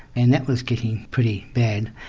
and that was getting pretty bad,